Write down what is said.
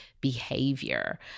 behavior